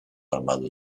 armado